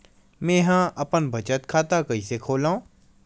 मेंहा अपन बचत खाता कइसे खोलव?